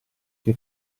che